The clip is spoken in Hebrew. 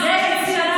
לחלוטין.